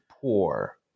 poor